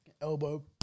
elbow